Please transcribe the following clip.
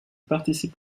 participe